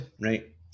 Right